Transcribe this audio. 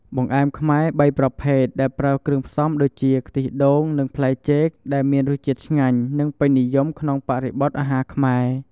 បង្អែមខ្មែរ ៣ ប្រភេទ ដែលប្រើគ្រឿងផ្សំដូចជា ខ្ទិះដូង និងផ្លែចេក ដែលមានរសជាតិឆ្ងាញ់ និងពេញនិយមក្នុងបរិបទអាហារខ្មែរ។